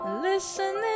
Listening